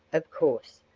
of course,